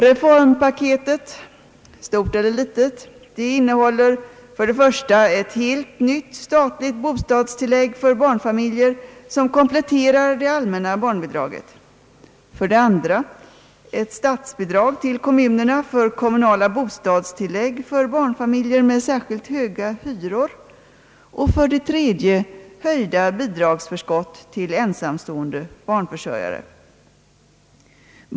Reformpaketet, stort eller litet, innehåller för det första ett helt nytt statligt bostadstillägg för barnfamiljer, vilket kompletterar det allmänna barnbidraget, för det andra ett statsbidrag till kommunerna för kommunala bostadstillägg för barnfamiljer med särskilt höga hyror och för det tredje höjda bidragsförskott till ensamstående barnförsörjare.